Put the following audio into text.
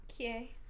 Okay